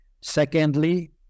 Secondly